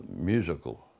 musical